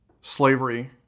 slavery